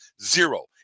zero